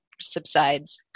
subsides